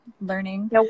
learning